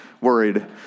worried